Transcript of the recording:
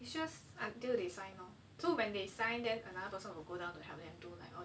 it's just until they sign lah so when they sign there's another person will go down to help them to like